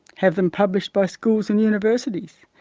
have them published by schools and universities,